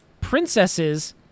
Princesses